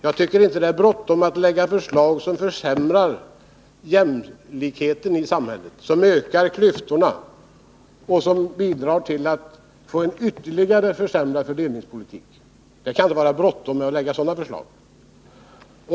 Jag tycker inte det är bråttom att lägga fram förslag som försämrar jämlikheten i samhället, som ökar klyftorna och som bidrar till att det blir en ytterligare försämring av fördelningspolitiken. Det kan inte vara bråttom att lägga fram sådana förslag.